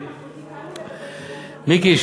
מיקי,